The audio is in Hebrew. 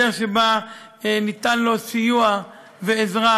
בדרך שבה ניתן לו סיוע ועזרה.